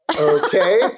Okay